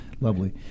Lovely